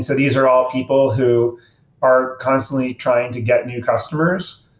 so these are all people who are constantly trying to get new customers.